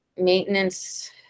maintenance